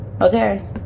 okay